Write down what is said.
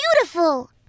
beautiful